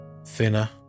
Thinner